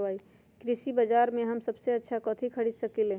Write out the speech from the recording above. कृषि बाजर में हम सबसे अच्छा कथि खरीद सकींले?